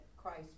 Christ